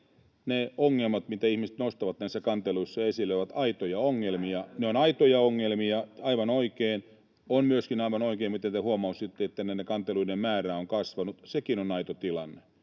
Ne ongelmat, mitä ihmiset nostavat näissä kanteluissa esille, ovat aitoja ongelmia, [Timo Heinosen välihuuto] ne ovat aitoja ongelmia, aivan oikein. On aivan oikein myöskin se, kun te huomautitte, että näiden kanteluiden määrä on kasvanut, sekin on aito tilanne.